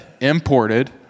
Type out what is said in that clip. imported